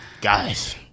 Guys